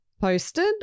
posted